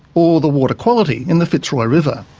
or the water quality in the fitzroy river.